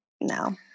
no